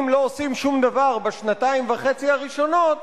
אם לא עושים שום דבר בשנתיים וחצי הראשונות,